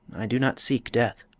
i do not seek death.